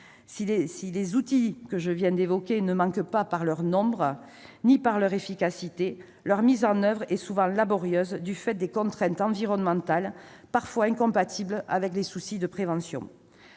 tels que ceux que je viens d'évoquer ne manquent pas par leur nombre ni par leur efficacité, leur mise en oeuvre est souvent laborieuse du fait des contraintes environnementales parfois incompatibles avec les soucis de prévention.